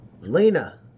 Lena